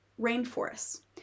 rainforests